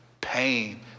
pain